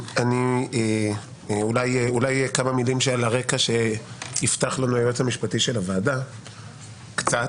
אולי יפתח היועץ המשפטי של הוועדה בכמה